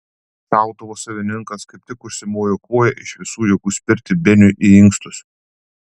šautuvo savininkas kaip tik užsimojo koja iš visų jėgų spirti beniui į inkstus